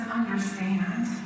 understand